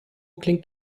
klingt